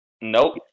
nope